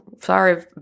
sorry